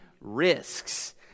risks